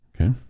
Okay